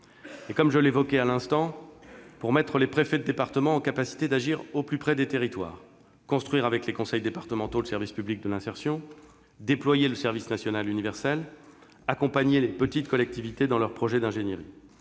et, comme je l'évoquais à l'instant, pour mettre les préfets de département en capacité d'agir au plus près des territoires : construire avec les conseils départementaux le service public de l'insertion, déployer le service national universel, accompagner les petites collectivités dans leurs projets d'ingénierie.